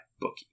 bookie